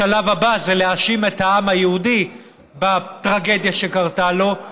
השלב הבא הוא להאשים את העם היהודי בטרגדיה שקרתה לו,